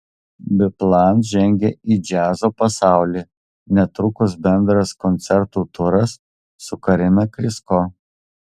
biplan žengia į džiazo pasaulį netrukus bendras koncertų turas su karina krysko